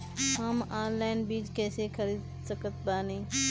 हम ऑनलाइन बीज कईसे खरीद सकतानी?